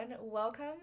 welcome